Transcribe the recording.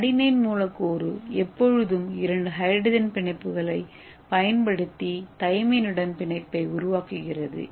adenine மூலக்கூறு எப்போதும் இரண்டு ஹைட்ரஜன் பிணைப்புகளைப் பயன்படுத்தி தைமினுடன் பிணைப்பை உருவாக்குகிறது